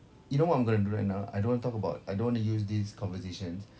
you know what I'm gonna do right now I don't wanna talk about I don't want to use this conversation